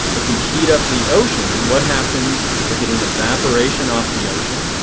if we heat up the ocean, what happens? we are getting evaporation off the ocean.